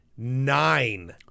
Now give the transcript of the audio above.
nine